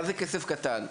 מה זה כסף קטן?